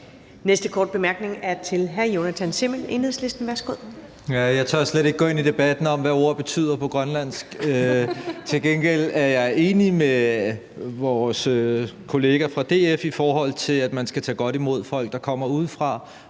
næste korte bemærkning er til hr. Jonathan Simmel, Enhedslisten. Værsgo. Kl. 21:12 Jonathan Simmel (EL): Jeg tør slet ikke gå ind i debatten om, hvad ord betyder på grønlandsk. Til gengæld er jeg enig med vores kollega fra DF i, at man skal tage godt imod folk, der kommer udefra,